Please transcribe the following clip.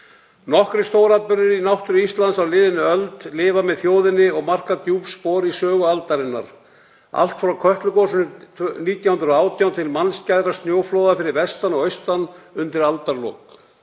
Nokkrir stóratburðir í náttúru Íslands á liðinni öld lifa með þjóðinni og marka djúp spor í sögu aldarinnar; allt frá Kötlugosinu 1918 til mannskæðra snjóflóða fyrir vestan og austan undir aldarlok.